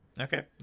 okay